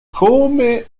come